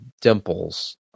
dimples